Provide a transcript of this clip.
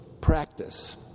practice